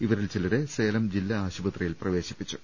ഇവരിൽ ചിലരെ സേലം ജില്ലാ ആശു പത്രിയിൽ പ്രവേശിപ്പിച്ചു